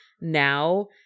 now